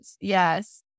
Yes